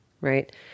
right